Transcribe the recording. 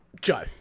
Joe